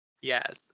Yes